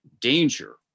danger